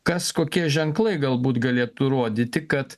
kas kokie ženklai galbūt galėtų rodyti kad